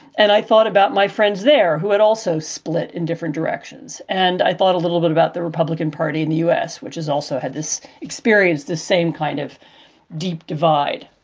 and i thought about my friends there who had also split in different directions. and i thought a little bit about the republican party in the us, which is also had this experience, the same kind of deep divide.